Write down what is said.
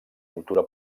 cultura